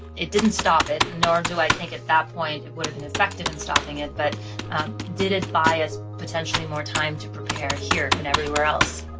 it didn't stop it, nor do i think, at that point, it would have been effective in stopping it. but did it buy us, potentially, more time to prepare here and everywhere else?